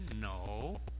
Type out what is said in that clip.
No